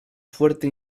fuerte